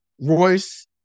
Royce